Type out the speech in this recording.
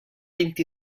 vint